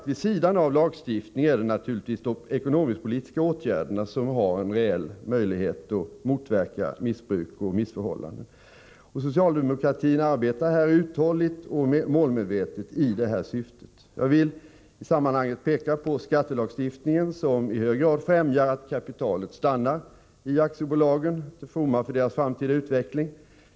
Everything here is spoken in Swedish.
Vid sidan av lagstiftning är det naturligtvis de ekonomisk-politiska åtgärderna som har en reell möjlighet att motverka missbruk och missförhållanden. Socialdemokratin arbetar här uthålligt och målmedvetet i det syftet. Jag vill i sammanhanget peka på skattelagsstiftningen, som i hög grad främjar att kapitalet stannar i aktiebolagen, till ftomma för deras framtida utveckling.